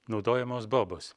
naudojamos bobos